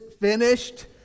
finished